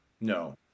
No